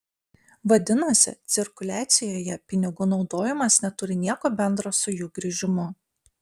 vadinasi cirkuliacijoje pinigų naudojimas neturi nieko bendra su jų grįžimu